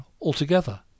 altogether